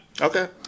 okay